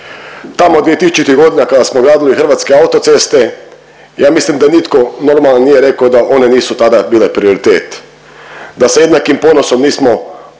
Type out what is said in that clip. Tamo 2000-ih godina kada smo gradili hrvatske autoceste, ja mislim da nitko normalan nije rekao da one nisu tada bile prioritet. Da sa jednakim ponosom nismo trasili